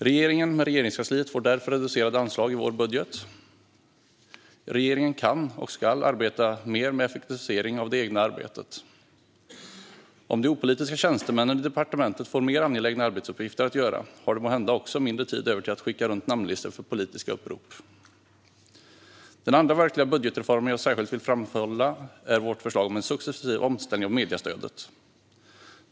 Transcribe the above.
Regeringen med Regeringskansliet får därför reducerade anslag i vår budget. Regeringen kan och ska arbeta mer med effektivisering av det egna arbetet. Om de opolitiska tjänstemännen i departementen får mer angelägna arbetsuppgifter har de måhända mindre tid över till att skicka runt namnlistor för politiska upprop. Den andra verkliga budgetreform jag särskilt vill framhålla är vårt förslag om en successiv omställning av mediestödet.